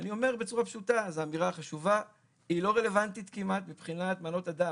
זאת אמירה חשובה אבל היא לא רלוונטית מבחינת מנות הדם.